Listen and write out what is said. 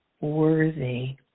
worthy